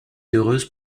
heureuse